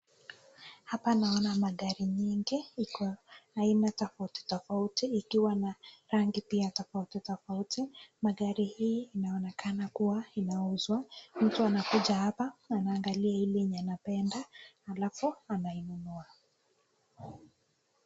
Hapa naona magari nyingi, iko aina tofauti tofauti, ikiwa na rangi pia tofauti tofauti, magari hii imeonekana kuwa inauzwa, mtu anakuja hapa anaangalia ile enye anapenda alafu anainunua.